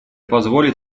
позволит